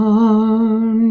on